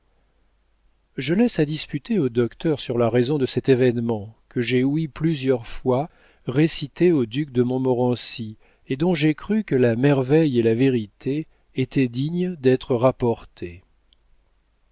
je laisse à disputer aux docteurs sur la raison de cet événement que j'ai ouï plusieurs fois réciter au duc de montmorency et dont j'ai cru que la merveille et la vérité étaient dignes d'être rapportées